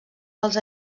dels